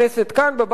כאן בבית הזה,